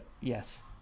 yes